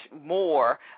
more